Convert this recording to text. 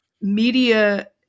media